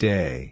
Day